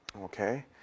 Okay